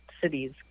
cities